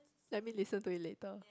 let me listen to it later